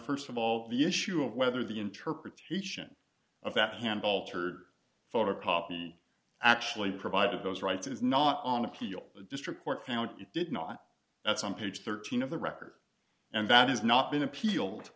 st of all the issue of whether the interpretation of that hand altered photo copy actually provided those rights is not on appeal the district court found it did not that's on page thirteen of the record and that has not been appealed